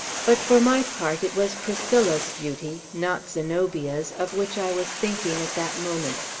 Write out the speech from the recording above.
but, for my part, it was priscilla's beauty, not zenobia's, of which i was thinking at that moment.